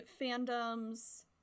fandoms